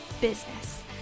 business